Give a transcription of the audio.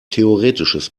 theoretisches